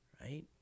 right